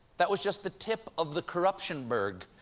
that was just the tip of the corruption-berg,